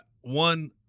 One